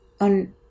on